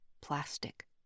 plastic